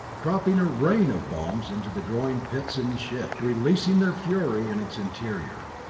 dropping a rain of bombs into the glowing pits in the ship, releasing their fury in its interior.